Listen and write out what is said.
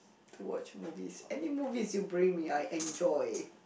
to watch movies any movies you bring me I enjoy